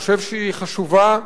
חושב שהיא חשובה,